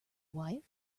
wife